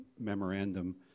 memorandum